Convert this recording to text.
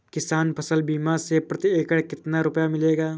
किसान फसल बीमा से प्रति एकड़ कितना रुपया मिलेगा?